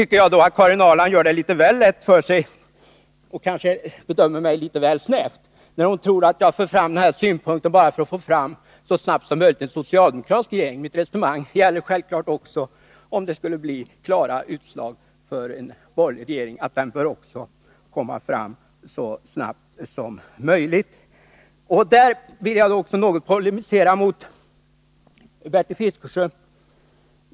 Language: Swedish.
Karin Ahrland gör det väl lätt för sig och kanske bedömer mig litet snävt när hon tror att jag här för fram synpunkter bara då det gäller att få fram en socialdemokratisk regering så snabbt som möjligt. Mitt resonemang gäller självfallet också om valet skulle ge klara utslag för en borgerlig regering. Även den bör kunna bildas så snabbt som möjligt. På den punkten vill jag något polemisera mot Bertil Fiskesjö.